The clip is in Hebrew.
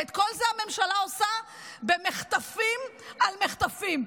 ואת כל זה הממשלה עושה במחטפים על מחטפים.